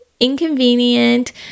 inconvenient